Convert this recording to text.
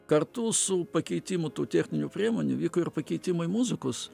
kartu su pakeitimu tų techninių priemonių įvyko ir pakeitimai muzikos